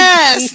Yes